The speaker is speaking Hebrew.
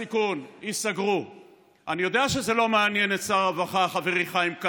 אין לנו שכר חיילים.